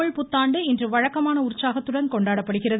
தமிழ் புத்தாண்டு இன்று வழக்கமான உற்சாகத்துடன் கொண்டாடப்படுகிறது